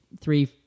three